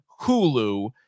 Hulu